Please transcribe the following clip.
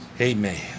Amen